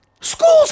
Schools